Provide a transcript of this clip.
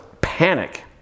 panic